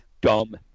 dumb